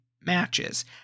matches